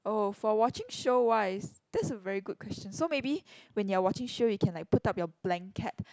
oh for watching show wise that's a very good question so maybe when you're watching show you can like put up your blanket